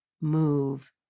move